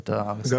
אגב,